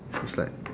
it's like